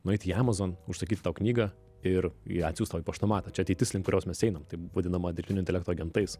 nueiti į amazon užsakyt tau knygą ir į atsiųs tau į paštomatą čia ateitis link kurios mes einam tai vadinama dirbtinio intelekto agentais